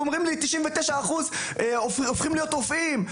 אומרים ש-99% הופכים להיות רופאים.